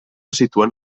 situen